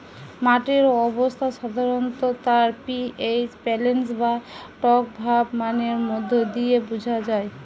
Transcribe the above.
মাটির অবস্থা সাধারণত তার পি.এইচ ব্যালেন্স বা টকভাব মানের মধ্যে দিয়ে বুঝা যায়